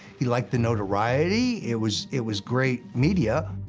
he liked the notoriety. it was it was great media.